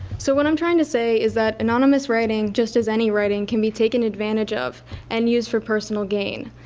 so what i'm trying to say is that anonymous writing, just as any writing, can be taken advantage of and used for personal gain.